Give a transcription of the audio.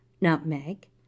nutmeg